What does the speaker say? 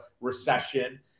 recession